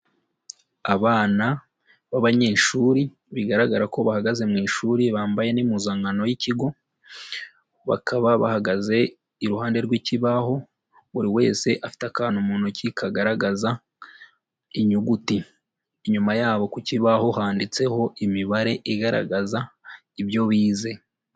Abana b'abanyeshuri, bigaragara ko bahagaze mu ishuri bambaye n'impuzankano y'ikigo, bakaba bahagaze iruhande rw'ikibaho, buri wese afite akantu mu ntoki kagaragaza inyuguti. Inyuma yabo ku kibaho handitseho imibare igaragaza ibyo bize.